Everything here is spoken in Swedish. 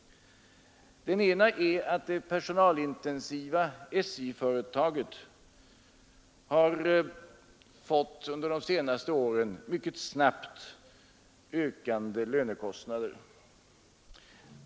Den ena är att det personalintensiva SJ-företaget under de senaste åren har fått mycket snabbt ökande lönekostnader.